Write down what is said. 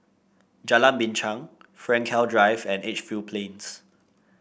Jalan Binchang Frankel Drive and Edgefield Plains